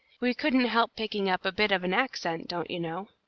we couldn't help picking up a bit of an accent, don't you know.